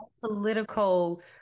political